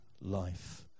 life